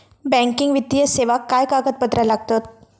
Banking वित्तीय सेवाक काय कागदपत्र लागतत?